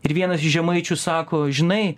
ir vienas iš žemaičių sako žinai